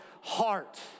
heart